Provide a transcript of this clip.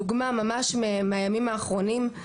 דוגמה ממש מהימים האחרונים,